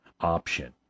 option